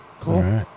cool